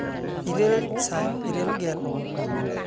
ᱤᱨᱟᱹᱞ ᱥᱟᱭ ᱤᱨᱟᱹᱞ ᱜᱮᱞ